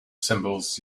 symbols